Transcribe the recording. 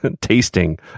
tasting